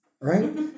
right